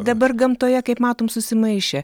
dabar gamtoje kaip matom susimaišė